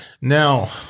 Now